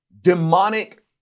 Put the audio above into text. demonic